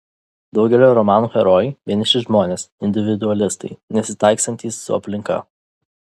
daugelio romanų herojai vieniši žmonės individualistai nesitaikstantys su aplinka